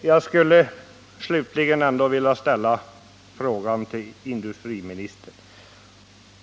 Jag skulle slutligen vilja fråga industriministern